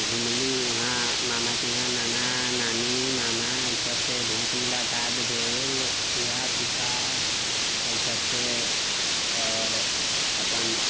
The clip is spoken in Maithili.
घुमलीह वहाँ मामाके यहाँ नाना नानी मामा इसभसँ भेँट मुलाकात भेल फुआ फूफा एहि सभसँ आओर अपन